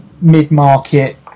mid-market